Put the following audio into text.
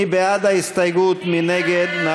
61 בעד, 49 נגד, אין